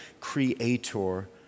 creator